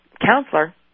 counselor